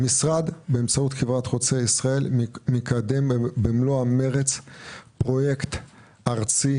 המשרד באמצעות חברת חוצה ישראל מקדם במלוא המרץ פרויקט ארצי,